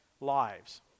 lives